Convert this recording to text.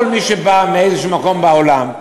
כל מי שבא מאיזשהו מקום בעולם,